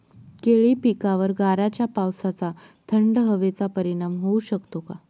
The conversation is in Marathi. केळी पिकावर गाराच्या पावसाचा, थंड हवेचा परिणाम होऊ शकतो का?